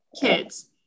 kids